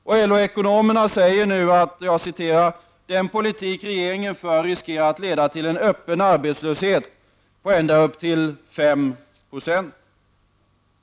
LO-ekonomerna säger att ”den politik regeringen för riskerar att leda till en öppen arbetslöshet på ända upp till 5 procent”.